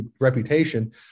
reputation